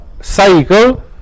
cycle